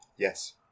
Yes